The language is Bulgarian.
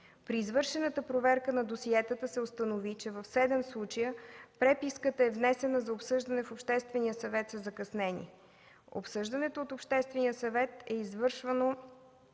При извършената проверка на досиетата се установи, че в седем случая преписката е внесена за обсъждане в Обществения съвет със закъснение. Обсъждането от Обществения съвет е извършвано